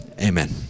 amen